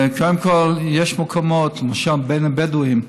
קודם כול יש מקומות, למשל בין הבדואים,